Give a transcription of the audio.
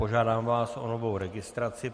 Požádám vás o novou registraci.